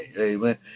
Amen